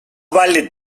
vale